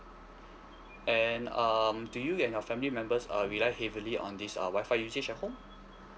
and um do you and your family members are rely heavily on this uh wi-fi usage at home